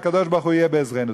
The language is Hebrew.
והקדוש-ברוך-הוא יהיה בעזרנו.